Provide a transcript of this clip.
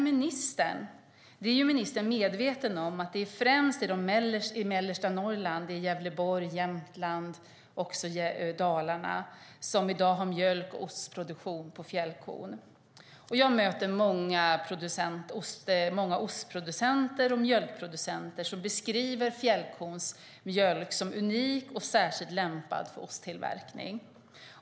Ministern är medveten om att det är främst i mellersta Norrland - Gävleborg, Jämtland och Dalarna - som man har mjölk och ostproduktion med fjällkon. Jag möter många ostproducenter och mjölkproducenter som beskriver fjällkons mjölk som unik och särskilt lämpad för osttillverkning.